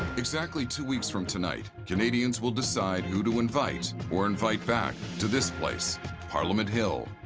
exactly two weeks from tonight, canadians will decide who to invite or invite back to this place parliament hill,